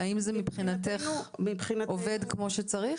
האם מבחינתך זה עובד כמו שצריך?